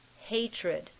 hatred